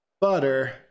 butter